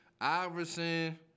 Iverson